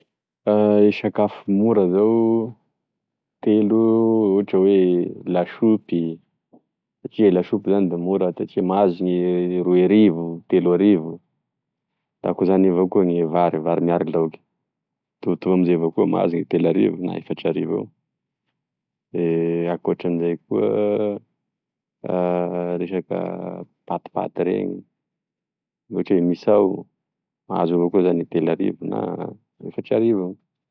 E sakafo mora zao telo ohatry hoe lasopy satria e lasopy zany da mora satria mahazo gne roy arivo telo arivo da akoa zany avao koa gne vary vary miaraky laoky mitovitovy amzay avao koa mahazy gne telo arivo na efatry arivo eo de ankoatran'izay koa resaka patipaty reny ohatry oe misao mahazo avao koa zany gne telo arivo na efatry arivo.